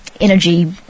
energy